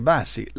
Bassi